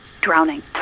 Drowning